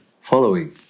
following